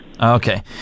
Okay